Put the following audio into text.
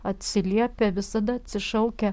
atsiliepia visada atsišaukia